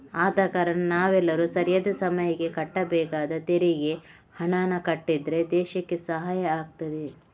ಆದ ಕಾರಣ ನಾವೆಲ್ಲರೂ ಸರಿಯಾದ ಸಮಯಕ್ಕೆ ಕಟ್ಟಬೇಕಾದ ತೆರಿಗೆ ಹಣಾನ ಕಟ್ಟಿದ್ರೆ ದೇಶಕ್ಕೆ ಸಹಾಯ ಆಗ್ತದೆ